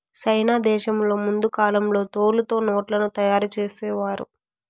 సైనా దేశంలో ముందు కాలంలో తోలుతో నోట్లను తయారు చేసేవారు